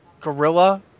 gorilla